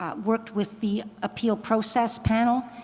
um worked with the appeal process panel